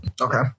Okay